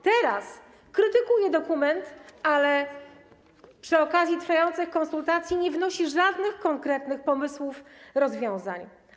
Teraz krytykuje dokument, ale przy okazji trwających konsultacji nie wnosi żadnych konkretnych pomysłów rozwiązań.